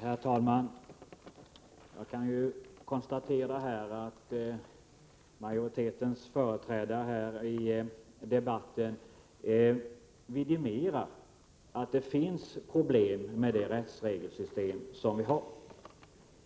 Herr talman! Jag konstaterar att majoritetens företrädare här i debatten vidimerar att det finns problem med vårt nuvarande rättsregelsystem.